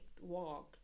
walk